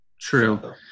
True